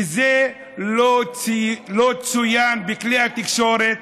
וזה לא צוין בכלי התקשורת.